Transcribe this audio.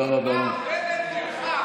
מדבר בנט תרחק.